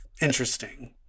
interesting